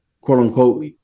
quote-unquote